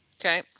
Okay